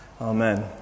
Amen